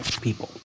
people